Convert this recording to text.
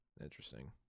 Interesting